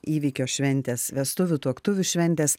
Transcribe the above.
įvykio šventės vestuvių tuoktuvių šventės